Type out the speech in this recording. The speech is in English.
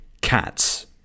Cats